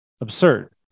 absurd